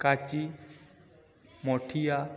କାଚି ମାଠିଆ